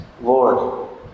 Lord